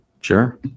Sure